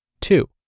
Two